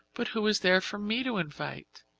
but who is there for me to invite?